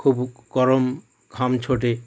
খুবই গরম ঘাম ছোটে